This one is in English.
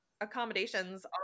accommodations